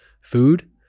food